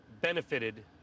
benefited